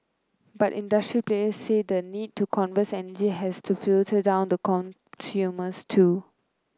but industry players say the need to conserve energy has to filter down to consumers too